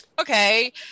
Okay